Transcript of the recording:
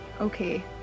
okay